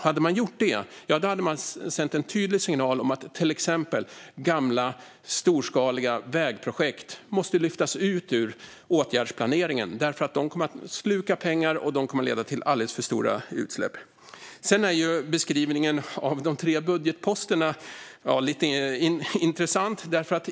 Hade man gjort det hade man sänt en tydlig signal om att till exempel gamla storskaliga vägprojekt måste lyftas ut ur åtgärdsplaneringen därför att de kommer att sluka pengar och leda till alldeles för stora utsläpp. Sedan är beskrivningen av de tre budgetposterna lite intressant.